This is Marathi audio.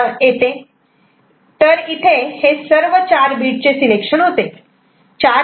तर इथे हे सर्व चार बीट चे सिलेक्शन होते